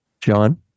john